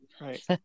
Right